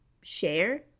share